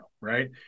right